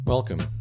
Welcome